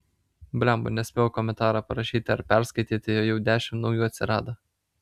blemba nespėjau komentaro parašyti ar paskaityti o jau dešimt naujų atsirado